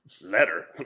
Letter